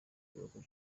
karuhuko